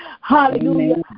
Hallelujah